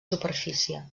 superfície